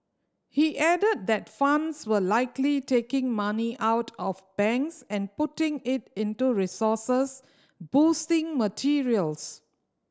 he added that funds were likely taking money out of banks and putting it into resources boosting materials